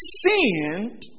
sinned